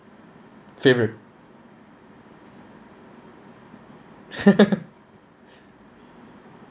favourite